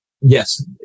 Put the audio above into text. yes